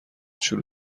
شروع